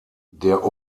der